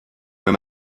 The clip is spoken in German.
wenn